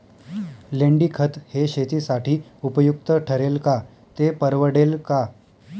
लेंडीखत हे शेतीसाठी उपयुक्त ठरेल का, ते परवडेल का?